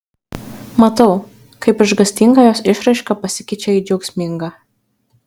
matau kaip išgąstinga jos išraiška pasikeičia į džiaugsmingą